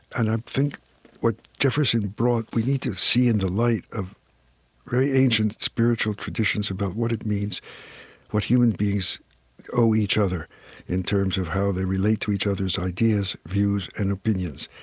and i think what jefferson brought we need to see in the light of very ancient spiritual traditions about what it means what human beings owe each other in terms of how they relate to each other's ideas, views, and opinions.